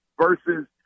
versus